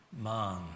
man